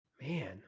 Man